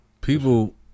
people